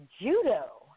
judo